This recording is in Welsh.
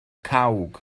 cawg